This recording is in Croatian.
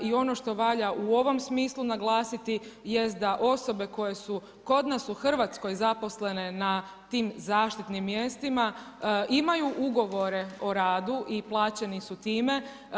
I ono što valja u ovom smislu naglasiti jest da osobe koje su kod nas u Hrvatskoj zaposlene na tim zaštitnim mjestima imaju ugovore o radu i plaćeni su time.